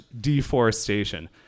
deforestation